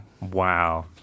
Wow